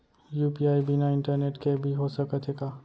UPI बिना internet के भी हो सकत हे का?